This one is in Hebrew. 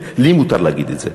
לי מותר להגיד את זה.